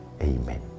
Amen